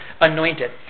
anointed